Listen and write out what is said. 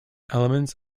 elements